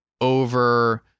over